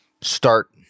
start